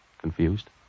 Confused